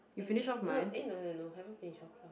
in no eh no no no haven't finish off yours